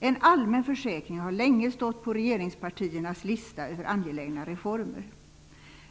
En allmän försäkring har länge stått på regeringspartiernas lista över angelägna reformer.